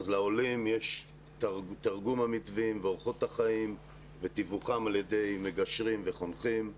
לעולים יש תרגום המתווים ואורחות החיים ותיווך על ידי מגשרים וחונכים.